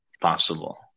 possible